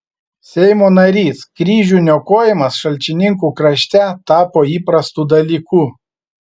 seimo narys kryžių niokojimas šalčininkų krašte tapo įprastu dalyku